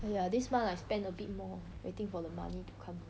!aiya! this month I spend a bit more waiting for the money to come